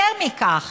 יותר מכך,